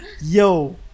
yo